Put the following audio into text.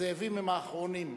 הזאבים הם האחרונים.